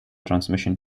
transmission